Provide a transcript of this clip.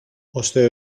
ώστε